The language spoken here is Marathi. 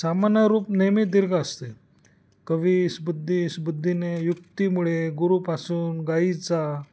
सामान्य रूप नेहमी दीर्घ असते कवीस बुद्धीस बुद्धीने युक्तीमुळे गुरूपासून गायीचा